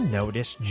notice